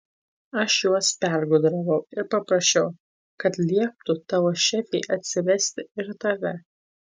aš juos pergudravau ir paprašiau kad lieptų tavo šefei atsivesti ir tave